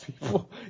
people